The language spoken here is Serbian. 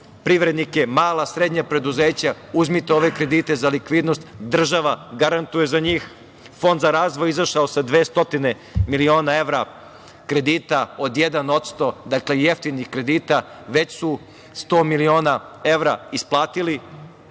privrednike, mala, srednja preduzeća, uzmite ove kredite za likvidnost, država garantuje za njih. Fond za razvoj izašao je sa 200 miliona evra kredita od 1%, dakle jeftinih kredita, već su 100 miliona evra isplatiti.